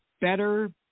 better